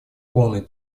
полный